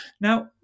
Now